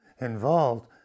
involved